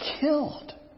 killed